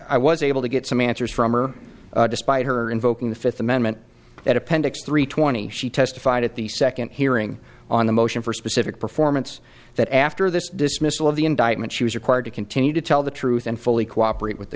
i was able to get some answers from her despite her invoking the fifth amendment at appendix three twenty she testified at the second hearing on the motion for specific performance that after this dismissal of the indictment she was required to continue to tell the truth and fully cooperate with the